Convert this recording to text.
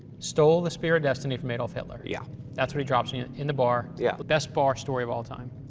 stole the spear of destiny from adolf hitler. yeah that's what he drops on you in the bar, yeah the best bar story of all time.